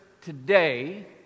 today